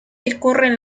discurren